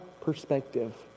perspective